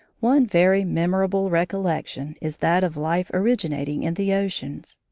one very memorable recollection is that of life originating in the oceans.